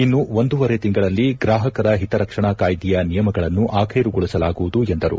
ಇನ್ನು ಒಂದೂವರೆ ತಿಂಗಳಲ್ಲಿ ಗ್ರಾಹಕರ ಹಿತರಕ್ಷಣಾ ಕಾಯ್ದೆಯ ನಿಯಮಗಳನ್ನು ಆಖ್ವೆರುಗೊಳಿಸಲಾಗುವುದು ಎಂದರು